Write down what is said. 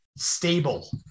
stable